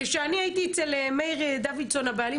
כשאני הייתי אצל מאיר דוידסון הבעלים